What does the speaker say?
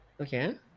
Okay